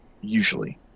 usually